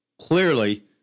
clearly